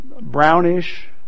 brownish